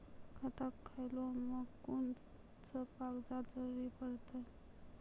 खाता खोलै मे कून सब कागजात जरूरत परतै?